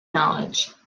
knowledge